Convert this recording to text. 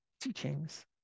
teachings